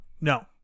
No